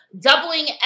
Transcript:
doubling